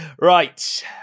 Right